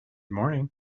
morning